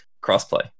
Cross-play